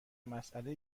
مسئله